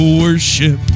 worship